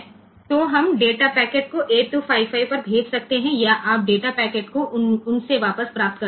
તો આપણે 8255 પર ડેટા પેકેટ મોકલી શકીએ છીએ અથવા આપણે તેમની પાસેથી ડેટા પેકેટ પાછું મેળવી શકીએ છીએ